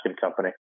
company